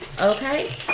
Okay